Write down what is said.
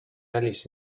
alice